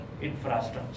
infrastructure